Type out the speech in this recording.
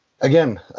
again